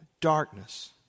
darkness